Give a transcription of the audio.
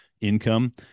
income